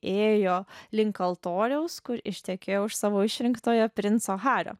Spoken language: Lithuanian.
ėjo link altoriaus kur ištekėjo už savo išrinktojo princo hario